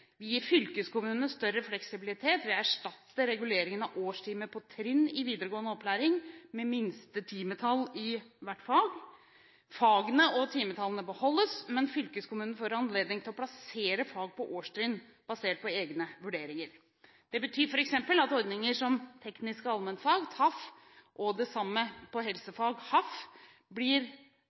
Vi gir fylkeskommunene større fleksibilitet. Vi erstatter reguleringen av årstimer på trinn i videregående opplæring med minstetimetall i hvert fag. Fagene og timetallene beholdes, men fylkeskommunen får anledning til å plassere fag på årstrinn basert på egne vurderinger. Det betyr f.eks. at ordninger som tekniske allmennfag, TAF, og det samme på helsefag, HAF, blir